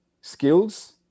skills